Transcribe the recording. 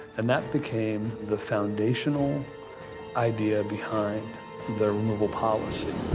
and that became the foundational idea behind the removal policy.